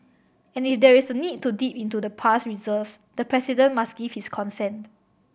and if there is a need to dip into the past reserves the President must give his consent